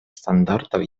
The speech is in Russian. стандартов